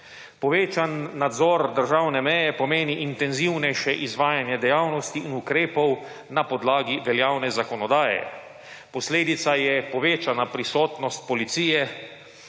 Povečan nadzor državne meje pomeni intenzivnejše izvajanje dejavnosti in ukrepov na podlagi veljavne zakonodaje. Posledica je povečana prisotnost policije